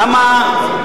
למה,